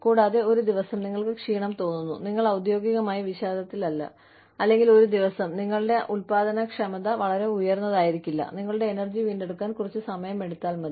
കൂടാതെ ഒരു ദിവസം നിങ്ങൾക്ക് ക്ഷീണം തോന്നുന്നു നിങ്ങൾ ഔദ്യോഗികമായി വിഷാദത്തിലല്ല അല്ലെങ്കിൽ ഒരു ദിവസം നിങ്ങളുടെ ഉൽപ്പാദനക്ഷമത വളരെ ഉയർന്നതായിരിക്കില്ല നിങ്ങളുടെ എനർജി വീണ്ടെടുക്കാൻ കുറച്ച് സമയമെടുത്താൽ മതി